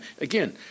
Again